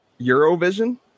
Eurovision